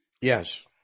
Yes